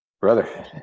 brother